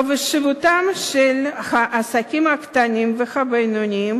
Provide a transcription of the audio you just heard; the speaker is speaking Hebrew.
חשיבותם של העסקים הקטנים והבינוניים